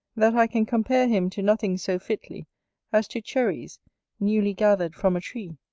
that i can compare him to nothing so fitly as to cherries newly gathered from a tree,